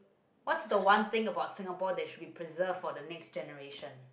what's the one thing about Singapore that should be preserved for the next generation